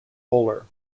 bowler